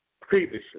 previously